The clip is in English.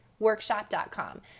Workshop.com